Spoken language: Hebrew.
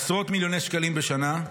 עשרות מיליוני שקלים בשנה.